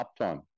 uptime